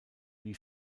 wie